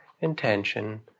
intention